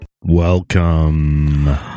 Welcome